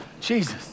Jesus